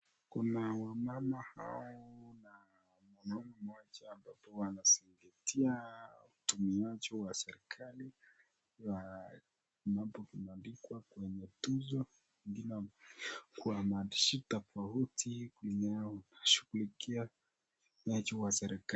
Kuna wa mama hao na mwanaume mmoja ambapo wanasingitia utumiaji wa serikali mambo yameandikwa kwenye tuzo kwa maandishi tofauti kulingana na shughulikia miaji wa serikali